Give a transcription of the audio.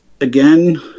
again